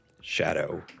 Shadow